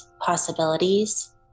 possibilities